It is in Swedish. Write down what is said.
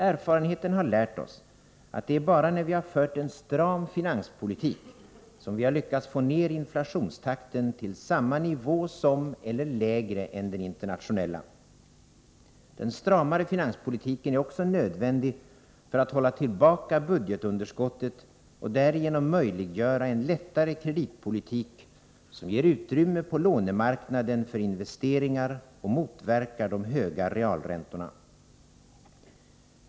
Erfarenheten har lärt oss att det bara är när vi har fört en stram finanspolitik som vi har lyckats få ned inflationstakten till samma nivå som den internationella nivån eller till en lägre nivå. Den stramare finanspolitiken är också nödvändig för att hålla tillbaka budgetunderskottet och därigenom möjliggöra en lättare kreditpolitik, som ger utrymme på lånemarknaden för investeringar och motverkar de höga realräntorna.